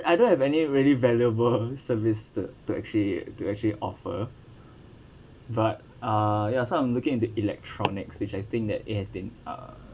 I don't have any really valuable service to actually to actually offer but uh ya so I'm looking into electronics which I think that it has been uh